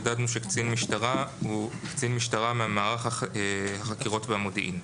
חידדנו שקצין משטרה הוא קצין משטרה ממערך החקירות והמודיעין.